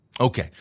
Okay